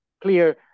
clear